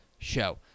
show